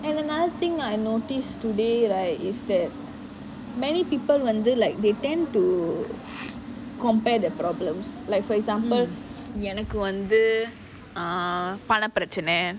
and another thing I notice today right is that many people wonder like they tend to compare their problems like for example எனக்கு வந்து பண பிரச்னை:ennaku vanthu pana pirachanai